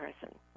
person